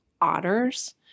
otters